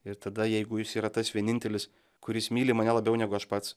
ir tada jeigu jis yra tas vienintelis kuris myli mane labiau negu aš pats